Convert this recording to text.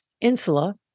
insula